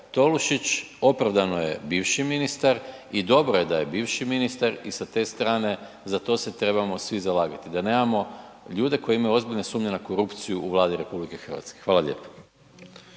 Tolušić opravdano je bivši ministar i dobro je da je bivši ministar i sa te strane za to se trebamo svi zalagati, da nemamo ljude koji imaju ozbiljne sumnje na korupciju u Vladi RH. Hvala lijepo.